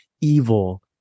evil